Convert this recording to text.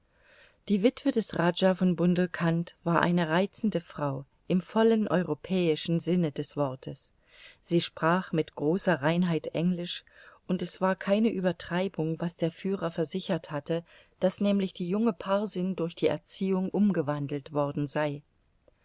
die witwe des rajah von bundelkund war eine reizende frau im vollen europäischen sinne des wortes sie sprach mit großer reinheit englisch und es war keine uebertreibung was der führer versichert hatte daß nämlich die junge parsin durch die erziehung umgewandelt worden sei